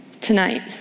tonight